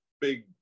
big